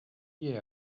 yeah